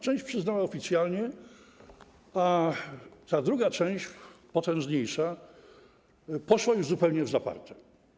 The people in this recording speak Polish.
Część przyznała to oficjalnie, a ta druga część, potężniejsza poszła już zupełnie w zaparte.